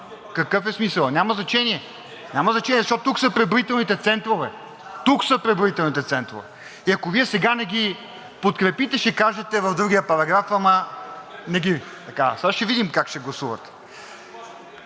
Жечо Станков.) Няма значение, няма значение, защото тук са преброителните центрове, тук са преброителните центрове! И ако Вие сега не ги подкрепите, ще кажете в другия параграф: ама не ги... Сега ще видим как ще гласувате.